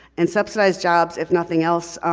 and subsidized jobs, if nothing else,